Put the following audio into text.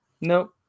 No